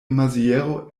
maziero